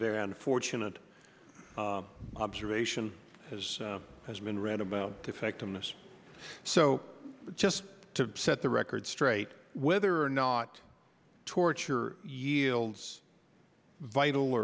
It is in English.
very unfortunate observation as has been read about effectiveness so just to set the record straight whether or not torture yields vital